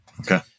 Okay